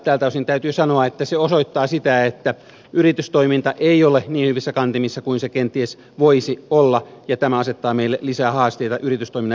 tältä osin täytyy sanoa että se osoittaa sitä että yritystoiminta ei ole niin hyvissä kantimissa kuin se kenties voisi olla ja tämä asettaa meille lisää haasteita yritystoiminnan edistämisen suhteen